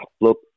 look